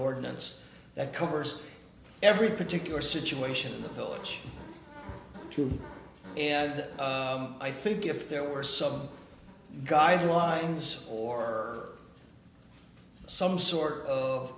ordinance that covers every particular situation in the village too and i think if there were some guidelines or some sort